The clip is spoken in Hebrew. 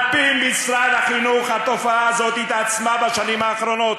על-פי משרד החינוך התופעה הזאת התעצמה בשנים האחרונות.